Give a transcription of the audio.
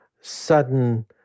sudden